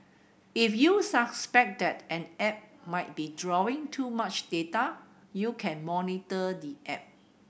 if you suspect that an app might be drawing too much data you can monitor the app